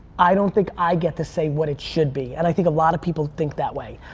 i don't think i get to say what it should be. and i think a lot of people think that way.